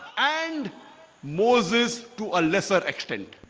and moses to a lesser extent